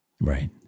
Right